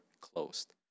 closed